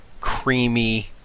creamy